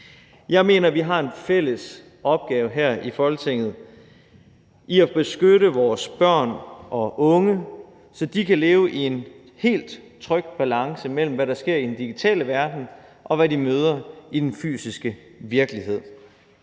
Jeg mener, vi har en fælles opgave her i Folketinget i at beskytte vores børn og unge, så de kan leve i en helt tryg balance mellem, hvad der sker i den digitale verden, og hvad de møder i den fysiske virkelighed.